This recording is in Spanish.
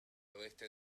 oeste